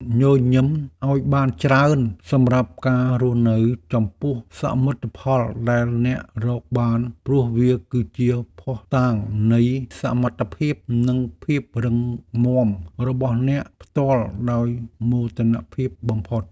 ញញឹមឱ្យបានច្រើនសម្រាប់ការរស់នៅចំពោះសមិទ្ធផលដែលអ្នករកបានព្រោះវាគឺជាភស្តុតាងនៃសមត្ថភាពនិងភាពរឹងមាំរបស់អ្នកផ្ទាល់ដោយមោទនភាពបំផុត។